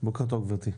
בוקר טוב גברתי.